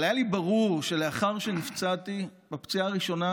אבל היה לי ברור שלאחר שנפצעתי בפציעה הראשונה,